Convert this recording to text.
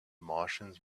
martians